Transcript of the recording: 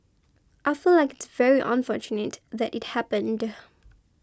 I feel like it's very unfortunate that it happened